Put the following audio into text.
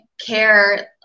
care